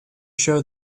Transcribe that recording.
show